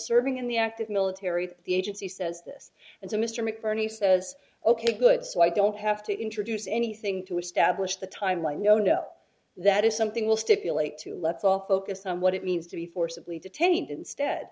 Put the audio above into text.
serving in the active military the agency says this and so mr mcbirney says ok good so i don't have to introduce anything to establish the timeline no no that is something will stipulate to let's all focus on what it means to be forcibly detained instead